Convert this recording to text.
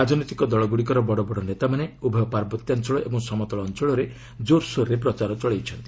ରାଜନୈତିକ ଦଳଗୁଡ଼ିକର ବଡ଼ ବଡ଼ ନେତାମାନେ ଉଭୟ ପାର୍ବତ୍ୟାଞ୍ଚଳ ଓ ସମତଳ ଅଞ୍ଚଳରେ କୋରସୋରରେ ପ୍ରଚାର ଚଳାଇଛନ୍ତି